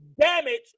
damage